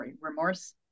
remorse